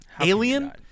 Alien